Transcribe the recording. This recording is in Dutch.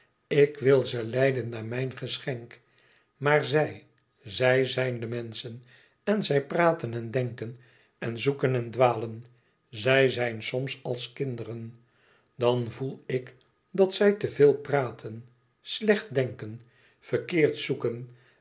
ik wil ze leiden naar mijn geschenk maar zij zij zijn de menschen en zij praten en denken en zoeken en dwalen zij zijn soms als kinderen dan voel ik dat zij te veel praten slecht denken verkeerd zoeken